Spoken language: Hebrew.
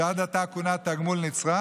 שעד עתה כונה תגמול נצרך,